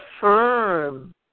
firm